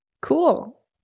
Cool